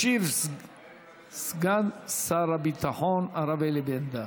ישיב סגן שר הביטחון הרב אלי בן-דהן.